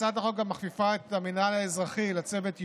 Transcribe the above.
הצעת החוק המכפיפה את המינהל האזרחי לצוות ייעודי,